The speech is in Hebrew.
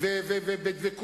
למרבה הצער,